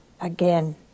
again